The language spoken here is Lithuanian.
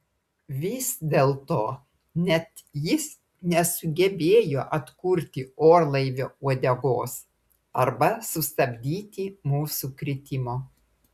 vis dėlto net jis nesugebėjo atkurti orlaivio uodegos arba sustabdyti mūsų kritimo